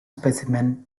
specimen